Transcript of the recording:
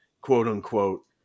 quote-unquote